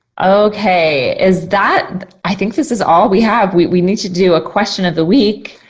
okay, is that, i think this is all we have. we need to do a question of the week?